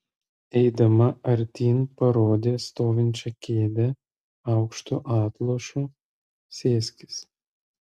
eidama artyn parodė stovinčią kėdę aukštu atlošu sėskis